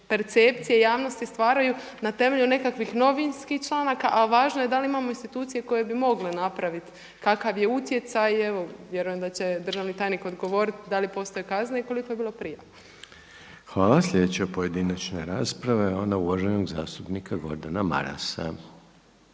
percepcija javnosti stvaraju na temelju nekakvih novinskih članaka, a važno je da li imamo institucije koje bi mogle napraviti kakav je utjecaj i evo vjerujem da će državni tajnik odgovoriti da li postoji kazne i koliko je bilo prijava. **Reiner, Željko (HDZ)** Hvala. Sljedeća pojedinačna rasprava je ona uvaženog zastupnika Gordana Marasa.